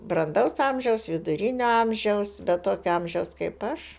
brandaus amžiaus vidurinio amžiaus bet tokio amžiaus kaip aš